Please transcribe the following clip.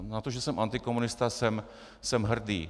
Na to, že jsem antikomunista, jsem hrdý.